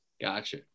Gotcha